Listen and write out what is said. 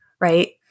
right